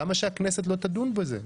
למה שהכנסת לא תדון בזה?